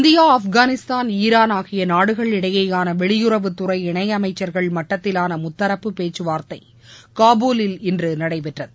India Afghanistan Iran ஆகிய நாடுகள் இடையேயான வெளியுறவுத்துறை இணையமைச்சர்கள் மட்டத்திலான முத்தரப்பு பேச்சுவார்த்தை காபூலில் இன்று நடைபெற்றது